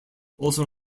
also